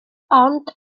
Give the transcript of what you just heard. ond